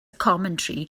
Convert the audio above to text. commentary